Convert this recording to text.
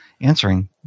answering